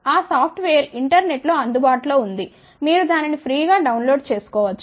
ఆ software internet లో అందుబాటులో ఉంది మీరు దానిని ఫ్రీ గా డౌన్ లోడ్ చేసుకో వచ్చు